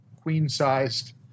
queen-sized